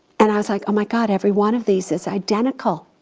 and i was like, oh my god, every one of these is identical.